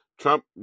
Trump